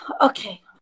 Okay